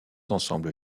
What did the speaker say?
ensembles